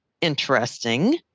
interesting